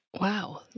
Wow